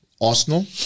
Arsenal